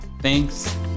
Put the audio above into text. Thanks